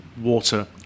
water